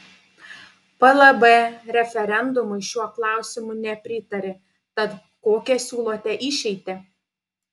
plb referendumui šiuo klausimu nepritarė tad kokią siūlote išeitį